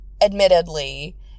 admittedly